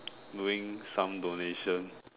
doing some donations